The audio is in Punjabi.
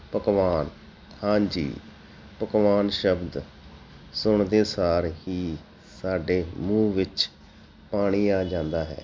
ਪਕਵਾਨ ਹਾਂਜੀ ਪਕਵਾਨ ਸ਼ਬਦ ਸੁਣਦੇ ਸਾਰ ਹੀ ਸਾਡੇ ਮੂੰਹ ਵਿੱਚ ਪਾਣੀ ਆ ਜਾਂਦਾ ਹੈ